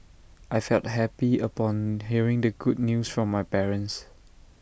I felt happy upon hearing the good news from my parents